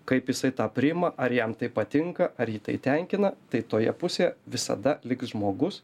kaip jisai tą priima ar jam tai patinka ar jį tai tenkina tai toje pusėje visada liks žmogus